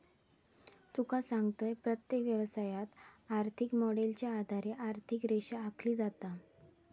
तुका सांगतंय, प्रत्येक व्यवसायात, आर्थिक मॉडेलच्या आधारे आर्थिक रेषा आखली जाता